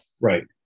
Right